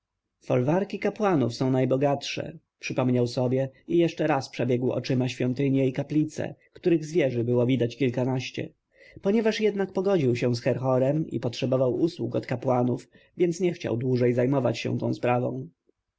folwarki kapłanów są najbogatsze przypomniał sobie i jeszcze raz przebiegł oczyma świątynie i kaplice których z wieży było widać kilkanaście ponieważ jednak pogodził się z herhorem i potrzebował usług od kapłanów więc nie chciał dłużej zajmować się tą sprawą